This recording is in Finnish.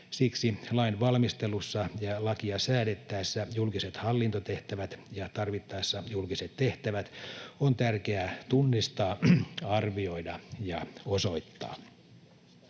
Siksi lainvalmistelussa ja lakia säädettäessä julkiset hallintotehtävät ja tarvittaessa julkiset tehtävät on tärkeää tunnistaa, arvioida ja osoittaa.